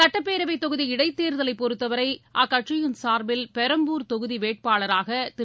சுட்டப்பேரவைத் தொகுதி இடைத்தேர்தவைப் பொறுத்தவரை அக்கட்சியின் சார்பில் பெரம்பூர் தொகுதி வேட்பாளராக திரு